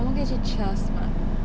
我们可以去 cheers mah